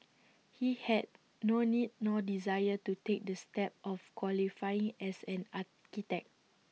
he had no need nor desire to take the step of qualifying as an architect